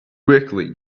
quickly